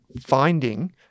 finding